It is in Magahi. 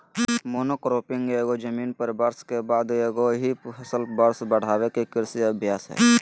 मोनोक्रॉपिंग एगो जमीन पर वर्ष के बाद एगो ही फसल वर्ष बढ़ाबे के कृषि अभ्यास हइ